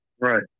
right